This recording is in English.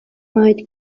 made